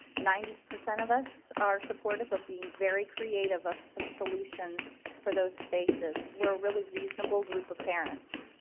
ninety percent of us are supportive of being very creative of some solutions for those spaces. we are really reasonable group of parents.